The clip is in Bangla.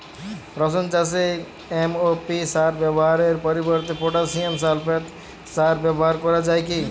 রসুন চাষে এম.ও.পি সার ব্যবহারের পরিবর্তে পটাসিয়াম সালফেট সার ব্যাবহার করা যায় কি?